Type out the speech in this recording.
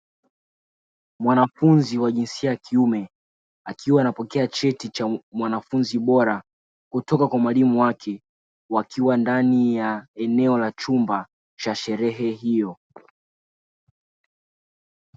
Mwanafunzi wa jinsia ya kiume akiwa anapokea cheti cha mwanafunzi bora kwa mwalimu wake wakiwa ndani ya chumba cha sherehe hiyo